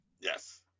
Yes